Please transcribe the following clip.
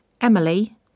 Emily